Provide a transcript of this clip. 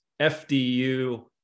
FDU